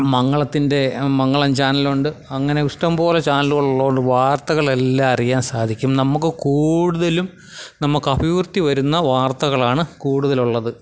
മംഗളത്തിൻ്റെ മംഗളം ചാനലുണ്ട് അങ്ങനെ ഇഷ്ടംപോലെ ചാനലുകളുള്ളതുകൊണ്ട് വാർത്തകളെല്ലാം അറിയാൻ സാധിക്കും നമുക്ക് കൂടുതലും നമുക്ക് അഭിവൃദ്ധി വരുന്ന വാർത്തകളാണ് കൂടുതലുള്ളത്